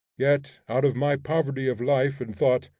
yet, out of my poverty of life and thought,